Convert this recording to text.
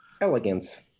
elegance